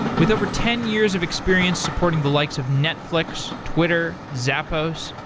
with over ten years of experience supporting the likes of netflix, twitter, zappos,